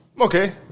okay